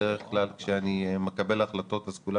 בדרך כלל כשאני מקבל החלטות אז כולם